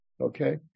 Okay